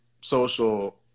social